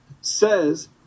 says